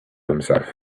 himself